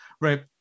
right